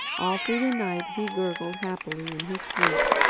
all through the night he gurgled happily in his sleep.